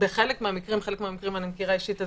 בחלק מהמקרים חלק מהמקרים אני מכירה אישית,